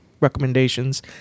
recommendations